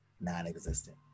non-existent